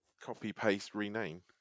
copy-paste-rename